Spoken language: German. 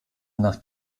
nach